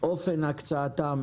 אופן הקצאתן,